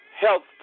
health